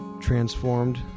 transformed